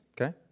Okay